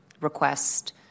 request